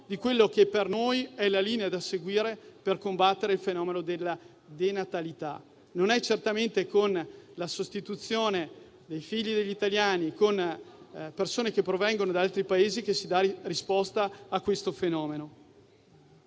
di quella che per noi è la linea da seguire per combattere il fenomeno della denatalità. Non è certamente con la sostituzione dei figli degli italiani con persone che provengono da altri Paesi che si dà risposta a questo fenomeno.